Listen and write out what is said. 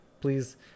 Please